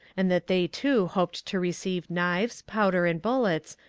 and that they too hoped to receive knives, powder and bullets,